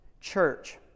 church